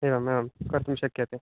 एवम् एवं कर्तुं शक्यते